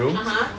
(uh huh)